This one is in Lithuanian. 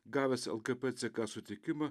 gavęs lkp ck sutikimą